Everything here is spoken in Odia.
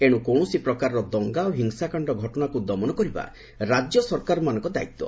ଏଣୁ କୌଣସି ପ୍ରକାରର ଦଙ୍ଗା ଓ ହିଂସାକାଣ୍ଡ ଘଟଣାକୁ ଦମନ କରିବା ରାଜ୍ୟ ସରକାରମାନଙ୍କର ଦାୟିତ୍ୱ